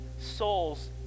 souls